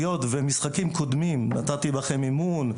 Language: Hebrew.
היות ובמשחקים קודמים נתתי בכם אמון,